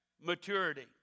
maturity